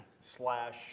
slash